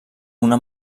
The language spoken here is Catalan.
una